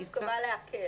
זה דווקא בא להקל.